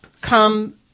come